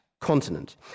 continent